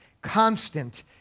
Constant